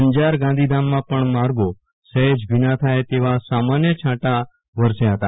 અંજાર ગાંધીધામમાં પણ માર્ગો સફેજ ભીના થાય તેવા સામાન્ય છાંટા વરસ્યા ફતા